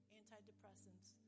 antidepressants